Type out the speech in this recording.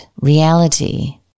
reality